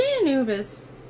Anubis